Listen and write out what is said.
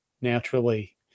naturally